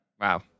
Wow